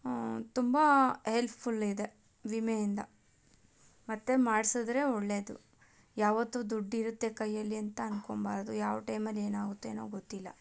ತುಂಬ ಹೆಲ್ಪ್ಫುಲ್ ಇದೆ ವಿಮೆಯಿಂದ ಮತ್ತು ಮಾಡ್ಸಿದ್ರೆ ಒಳ್ಳೆಯದು ಯಾವತ್ತೂ ದುಡ್ಡು ಇರುತ್ತೆ ಕೈಯಲ್ಲಿ ಅಂತ ಅನ್ಕೊಬಾರ್ದು ಯಾವ ಟೈಮಲ್ಲಿ ಏನಾಗುತ್ತೋ ಏನೋ ಗೊತ್ತಿಲ್ಲ